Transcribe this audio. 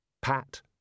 Pat